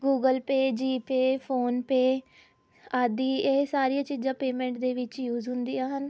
Google Pay GPay PhonePe ਆਦਿ ਇਹ ਸਾਰੀਆਂ ਚੀਜ਼ਾਂ ਪੇਮੈਂਟ ਦੇ ਵਿੱਚ ਯੂਜ਼ ਹੁੰਦੀਆਂ ਹਨ